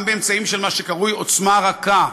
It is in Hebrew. גם באמצעים של מה שקרוי עוצמה רכה,